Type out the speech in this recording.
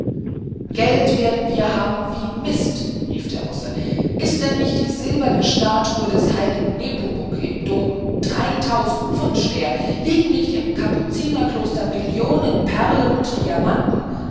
geld werden wir haben wie mist rief der russe ist denn nicht die silberne statue des heiligen nepomuk im dom dreitausend pfund schwer liegen nicht im kapuzinerkloster millionen perlen und diamanten